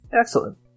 Excellent